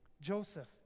Joseph